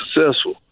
successful